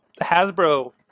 Hasbro